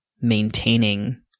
maintaining